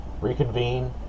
reconvene